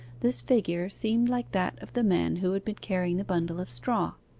this figure seemed like that of the man who had been carrying the bundle of straw.